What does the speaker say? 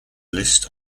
list